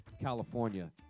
California